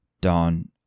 Don